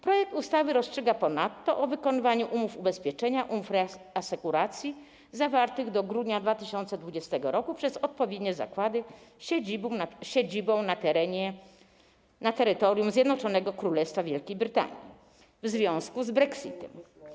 Projekt ustawy rozstrzyga ponadto o wykonywaniu umów ubezpieczenia, umów reasekuracji zawartych do grudnia 2020 r. przez odpowiednie zakłady z siedzibą na terytorium Zjednoczonego Królestwa Wielkiej Brytanii w związku z brexitem.